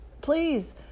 please